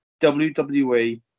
WWE